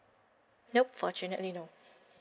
nope fortunately no